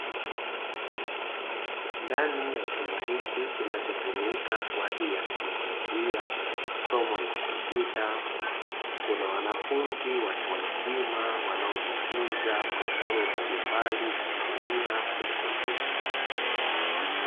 Ndani ya chumba hiki kinachotumika kwa ajili ya kujifunzia somo la kompyuta, kuna wanafunzi watu wazima wanaojifunza programu mbalimbali za kutumia kwenye kompyuta.